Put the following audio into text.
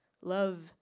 Love